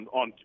on